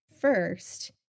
first